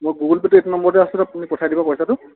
মোৰ Google Pay টো এইটো নম্বৰতে আছে আপুনি পঠাই দিব পইচাটো